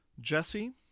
Jesse